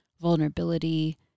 vulnerability